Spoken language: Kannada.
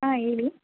ಹಾಂ ಹೇಳಿ